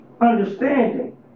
understanding